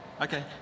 Okay